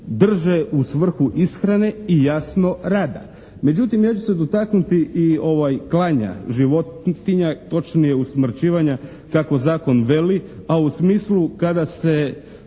drže u svrhu ishrane i jasno rada. Međutim ja ću se dotaknuti i klanja životinja točnije usmrćivanja kako zakon veli, a u smislu kada se